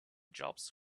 jobs